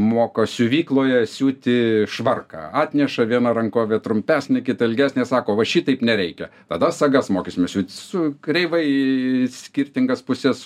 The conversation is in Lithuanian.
moko siuvykloje siūti švarką atneša viena rankovė trumpesnė kita ilgesnė sako va šitaip nereikia tada sagas mokysimės siūt su kreivai į skirtingas puses